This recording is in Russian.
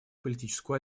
политическую